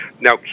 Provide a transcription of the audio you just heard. Now